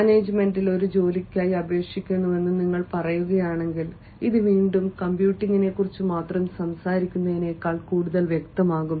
മാനേജ്മെൻറിൽ ഒരു ജോലിക്കായി അപേക്ഷിക്കുന്നുവെന്ന് നിങ്ങൾ പറയുകയാണെങ്കിൽ ഇത് വീണ്ടും കമ്പ്യൂട്ടിംഗിനെക്കുറിച്ച് മാത്രം സംസാരിക്കുന്നതിനേക്കാൾ കൂടുതൽ വ്യക്തമാകും